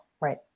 Right